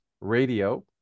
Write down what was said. radio